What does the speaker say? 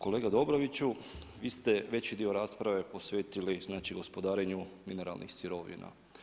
Kolega Dobroviću, vi ste veći dio rasprave posvetili gospodarenju mineralnih sirovina.